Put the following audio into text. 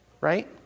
Right